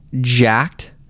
jacked